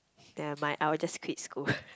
nevermind I will just quit school